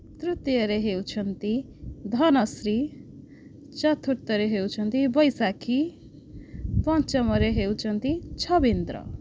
ତୃତୀୟରେ ହେଉଛନ୍ତି ଧନଶ୍ରୀ ଚତୁର୍ଥରେ ହେଉଛନ୍ତି ବୈଶାଖୀ ପଞ୍ଚମରେ ହେଉଛନ୍ତି ଛବିନ୍ଦ୍ର